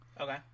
Okay